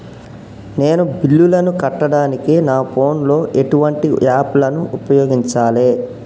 నేను బిల్లులను కట్టడానికి నా ఫోన్ లో ఎటువంటి యాప్ లను ఉపయోగించాలే?